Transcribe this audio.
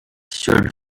should